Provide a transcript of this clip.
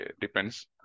depends